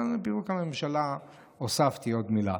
אבל על פירוק הממשלה הוספתי עוד מילה.